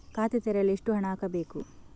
ಖಾತೆ ತೆರೆಯಲು ಎಷ್ಟು ಹಣ ಹಾಕಬೇಕು?